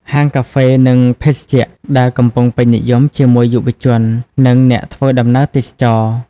ហាងកាហ្វេ និងភេសជ្ជះ ដែលកំពុងពេញនិយមជាមួយយុវជន និងអ្នកធ្វើដំណើរទេសចរណ៍។